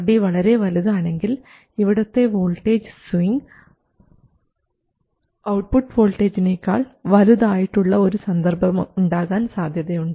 RD വളരെ വലുതാണെങ്കിൽ ഇവിടത്തെ വോൾട്ടേജ് സ്വിങ് ഔട്ട്പുട്ട് വോൾട്ടേജിനേക്കാൾ വലുതായിട്ട് ഉള്ള ഒരു സന്ദർഭം ഉണ്ടാകാൻ സാധ്യതയുണ്ട്